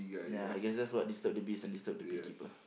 ya I guess that's what disturb the bees and disturb the beekeeper